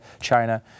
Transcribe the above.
China